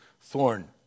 thorn